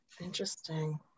Interesting